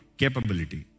capability